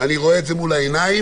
אני רואה את זה מול העיניים,